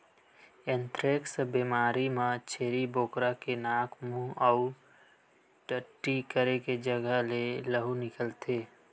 anthrax बेमारी म छेरी बोकरा के नाक, मूंह अउ टट्टी करे के जघा ले लहू निकलथे